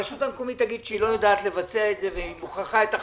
הרשות המקומית תגיד שהיא לא יודעת לבצע את זה והיא מוכרחה את החמ"ת,